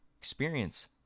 Experience